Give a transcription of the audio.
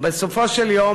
בסופו של יום,